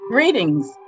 Greetings